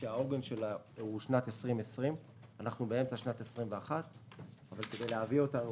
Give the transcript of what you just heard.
שהעוגן שלה הוא שנת 2020. אנחנו באמצע שנת 2021. כדי להביא אותנו